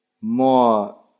more